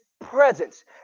presence